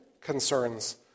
concerns